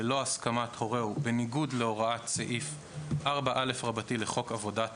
ללא הסכמת הורהו בניגוד להוראת סעיף 4א לחוק עבודת